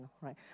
right